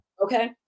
Okay